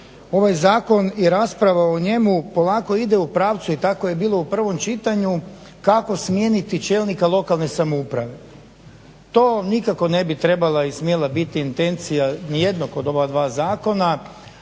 ovaj zakon i rasprava o njemu polako idu u pravcu i tako je bilo u prvom čitanju kako smijeniti čelnika lokalne samouprave. To nikako ne bi trebala ni smjela ni biti intencija ni jednog od ova dva zakona